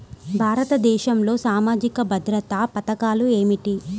భారతదేశంలో సామాజిక భద్రతా పథకాలు ఏమిటీ?